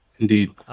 Indeed